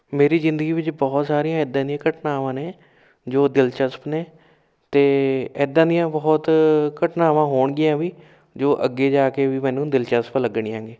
ਮੇਰੀ ਜ਼ਿੰਦਗੀ ਵਿੱਚ ਬਹੁਤ ਸਾਰੀਆਂ ਇੱਦਾਂ ਦੀਆਂ ਘਟਨਾਵਾਂ ਨੇ ਜੋ ਦਿਲਚਸਪ ਨੇ ਅਤੇ ਇੱਦਾਂ ਦੀਆਂ ਬਹੁਤ ਘਟਨਾਵਾਂ ਹੋਣਗੀਆਂ ਵੀ ਜੋ ਅੱਗੇ ਜਾ ਕੇ ਵੀ ਮੈਨੂੰ ਦਿਲਚਸਪ ਲੱਗਣੀਆਂ ਗੇ